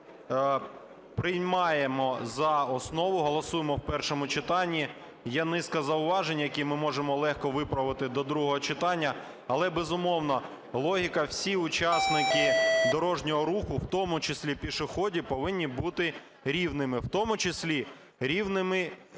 приймаємо за основу, голосуємо в першому читанні. Є низка зауважень, які ми можемо легко виправити до другого читання. Але, безумовно, логіка: всі учасники дорожнього руху, в тому числі пішоходи, повинні бути рівними, в тому числі рівними